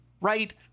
right